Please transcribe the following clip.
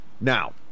Now